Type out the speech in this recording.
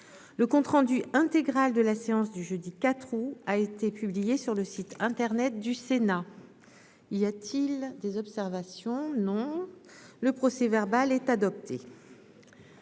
le compte-rendu intégral de la séance du jeudi 4 août a été publié sur le site internet du Sénat : y a-t-il des observations non le procès verbal est adopté.